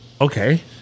Okay